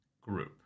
group